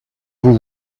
vous